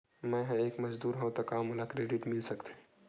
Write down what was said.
मैं ह एक मजदूर हंव त का मोला क्रेडिट मिल सकथे?